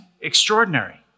extraordinary